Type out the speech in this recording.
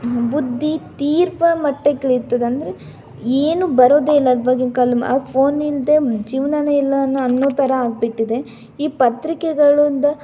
ಬುದ್ಧಿ ತೀವ್ರ ಮಟ್ಟಿಗೆ ಇಳಿಯುತ್ತದೆ ಅಂದರೆ ಏನು ಬರೋದೇ ಇಲ್ಲ ಇವಾಗಿನ ಕಾಲ ಆ ಫೋನ್ ಇಲ್ಲದೆ ಜೀವನನೆ ಇಲ್ಲ ಅನ್ನೋ ಥರ ಆಗಿಬಿಟ್ಟಿದೆ ಈ ಪತ್ರಿಕೆಗಳಿಂದ